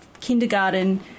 kindergarten